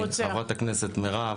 חברת הכנסת מירב,